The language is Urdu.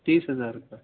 تیس ہزار کا